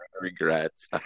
regrets